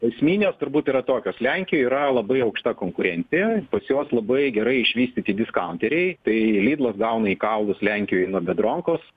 esminės turbūt yra tokios lenkijoj yra labai aukšta konkurencija pas juos labai gerai išvystyti diskaunteriai tai lidlas gauna į kaulus lenkijoj nuo bedronkos